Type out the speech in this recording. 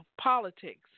politics